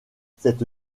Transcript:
cette